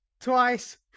twice